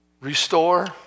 Restore